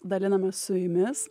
dalinamės su jumis